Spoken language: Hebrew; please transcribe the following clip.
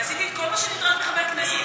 ועשיתי כל מה שנדרש מחבר כנסת,